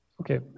Okay